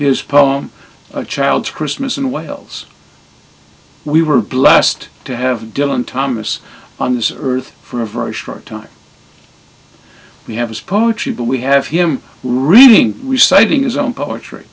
his poem a child's christmas in wales we were blessed to have dylan thomas on this earth for a very short time we have his poetry but we have him reading reciting his own poetry